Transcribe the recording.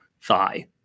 thigh